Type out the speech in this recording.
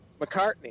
McCartney